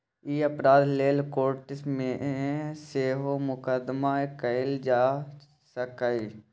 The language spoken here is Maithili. ई अपराध लेल कोर्ट मे सेहो मुकदमा कएल जा सकैए